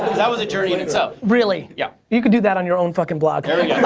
that was journey in itself. really? yeah. you could do that on your own fucking blog.